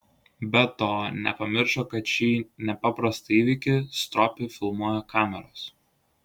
be to nepamiršo kad šį nepaprastą įvykį stropiai filmuoja kameros